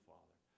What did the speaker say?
Father